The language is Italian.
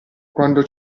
quando